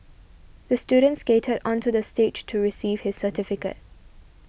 the student skated onto the stage to receive his certificate